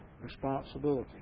responsibility